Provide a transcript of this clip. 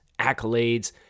accolades